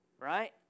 right